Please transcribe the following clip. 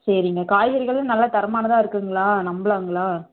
சரிங்க காய்கறிகளும் நல்ல தரமானதாக இருக்குதுங்களா நம்பலாங்களா